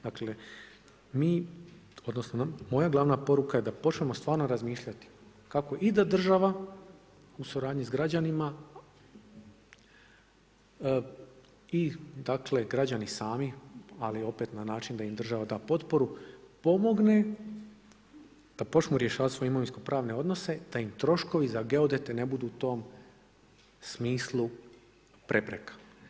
Dakle, mi odnosno moja glavna poruka je da počnemo stvarno razmišljati kako i da država u suradnji sa građanima i građani sami ali opet na način da im država da potporu pomogne da počnu rješavati svoje imovinsko pravne odnose da im troškovi za geodete ne budu u tom smislu prepreka.